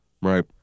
right